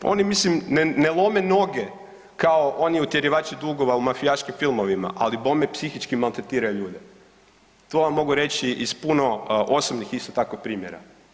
Oni mislim ne lome noge kao oni utjerivači dugova u mafijaškim filmovima, ali bome psihički maltretiraju ljude, to vam mogu reći iz puno osobnih isto tako primjera.